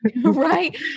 right